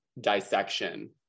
dissection